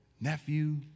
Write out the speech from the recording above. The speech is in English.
nephew